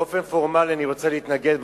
באופן פורמלי אני רוצה להתנגד,